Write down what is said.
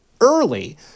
early